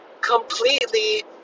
completely